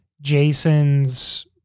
Jason's